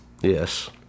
Yes